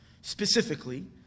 Specifically